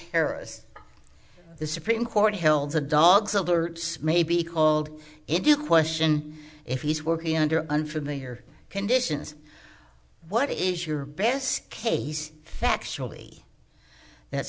harris the supreme court held a dog's alerts may be called into question if he's working under unfamiliar conditions what is your best case factually that